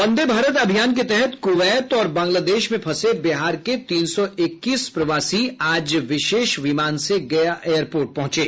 वंदे भारत अभियान के तहत कुवैत और बांग्लादेश में फंसे बिहार के तीन सौ इक्कीस प्रवासी आज विशेष विमान से गया एयरपोर्ट पहुंचे